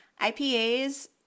IPAs